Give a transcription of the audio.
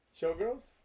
Showgirls